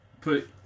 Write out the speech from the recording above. Put